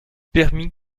permit